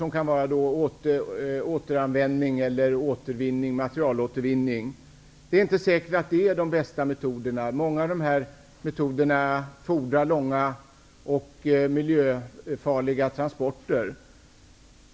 Det är inte säkert att återanvändning eller materialåtervinning är de bästa metoderna. Många av de metoderna fordrar långa och miljöfarliga transporter.